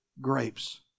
grapes